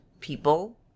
people